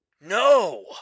No